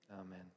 Amen